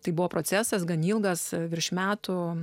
tai buvo procesas gan ilgas virš metų